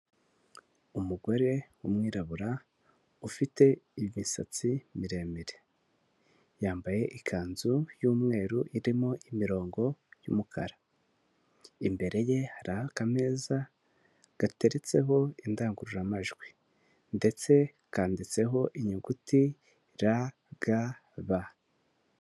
Umugore w'umwirabura ufite imisatsi miremire, yambaye ikanzu y'umweru irimo imirongo y'umukara. Imbere ye hari akameza gateretseho indangururamajwi, ndetse kanditseho inyuguti rgb.